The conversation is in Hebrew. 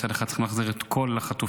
מצד אחד צריכים להחזיר את כל החטופים,